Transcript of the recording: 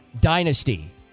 Dynasty